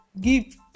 give